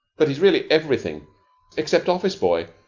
but he's really everything except office-boy,